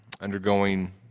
undergoing